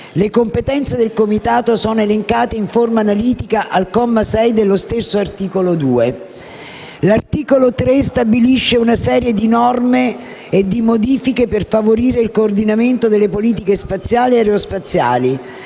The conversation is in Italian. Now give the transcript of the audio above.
Le competenze del Comitato sono elencate in forma analitica al comma 6 dello stesso articolo 2. L'articolo 3 stabilisce una serie di norme e di modifiche per favorire il coordinamento delle politiche spaziali e aerospaziali,